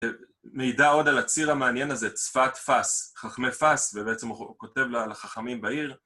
מידע עוד על הציר המעניין הזה, צפת פס, חכמי פס, ובעצם הוא כותב לחכמים בעיר